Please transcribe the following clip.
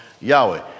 Yahweh